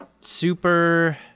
super